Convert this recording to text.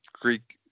Greek